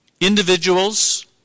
individuals